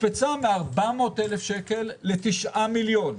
הוקפצה מ-400,000 שקל ל-9 מיליון.